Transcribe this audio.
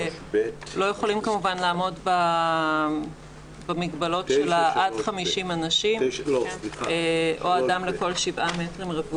לא יכולים כמובן לעמוד במגבלות של עד 50 אנשים או אדם לכל שבעה מ"ר,